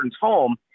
home